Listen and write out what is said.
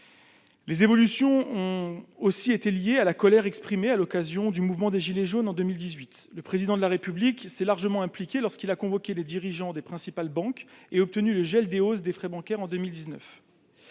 Les évolutions ont aussi été liées à la colère exprimée à l'occasion du mouvement des gilets jaunes en 2018. Le Président de la République s'est largement impliqué lorsqu'il a convoqué les dirigeants des principales banques et obtenu le gel des hausses des frais bancaires en 2019.